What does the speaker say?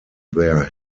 their